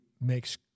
makes